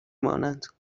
مانند